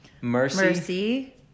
mercy